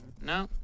No